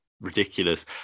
ridiculous